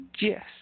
yes